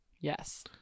Yes